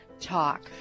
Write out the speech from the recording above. talk